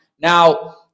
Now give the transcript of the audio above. Now